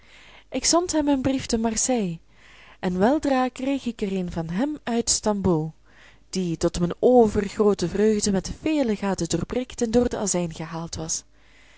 ik zond hem een brief te marseille en weldra kreeg ik er een van hem uit stamboul die tot mijn overgroote vreugde met vele gaten doorprikt en door den azijn gehaald was